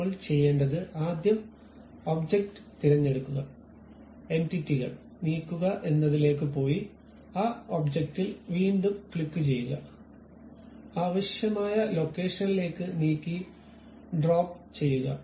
നമ്മൾ ചെയ്യേണ്ടത് ആദ്യം ഒബ്ജക്റ്റ് തിരഞ്ഞെടുക്കുക എന്റിറ്റികൾ നീക്കുക എന്നതിലേക്ക് പോയി ആ ഒബ്ജക്റ്റിൽ വീണ്ടും ക്ലിക്കുചെയ്യുക ആവശ്യമായ ലൊക്കേഷനിലേക്ക് നീക്കി ഡ്രോപ്പ് ചെയ്യുക